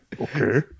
Okay